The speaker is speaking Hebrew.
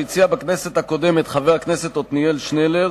שהציע בכנסת הקודמת חבר הכנסת עתניאל שנלר,